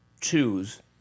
choose